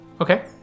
Okay